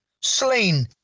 slain